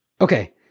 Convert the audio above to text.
Okay